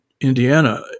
Indiana